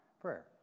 Prayer